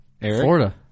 Florida